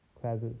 classes